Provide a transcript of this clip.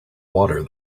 water